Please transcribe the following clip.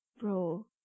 Bro